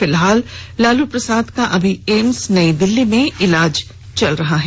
फिलहाल लालू प्रसाद का अभी एम्स नई दिल्ली में इलाज चल रहा है